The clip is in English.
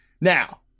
Now